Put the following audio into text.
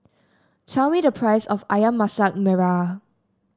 tell me the price of ayam Masak Merah